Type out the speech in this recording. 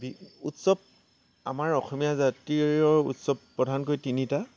B উসচৱ আমাৰ অসমীয়া জাতীয় উৎসৱ প্ৰধানকৈ তিনিটা